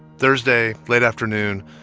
thursday, late afternoon,